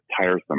tiresome